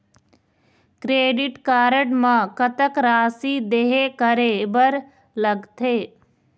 Credit card म कतक राशि देहे करे बर लगथे?